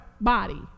body